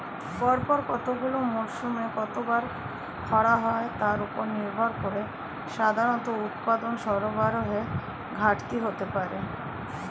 পরপর কতগুলি মরসুমে কতবার খরা হয় তার উপর নির্ভর করে সাধারণত উৎপাদন সরবরাহের ঘাটতি হতে পারে